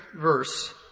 verse